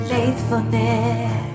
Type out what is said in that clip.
Faithfulness